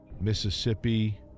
Mississippi